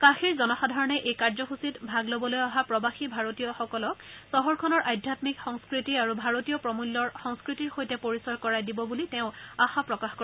কাশীৰ জনসাধাৰণে এই কাৰ্যসূচীত ভাগ লবলৈ অহা প্ৰৱাসী ভাৰতীয় সকলক চহৰখনৰ আধ্যান্মিক সংস্কৃতি আৰু ভাৰতীয় প্ৰমূল্যৰ সংস্কৃতিৰ সৈতে পৰিচয় কৰাই দিব বুলি তেওঁ আশা প্ৰকাশ কৰে